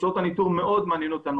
תוצאות הניטור מאוד מעניינות אותנו.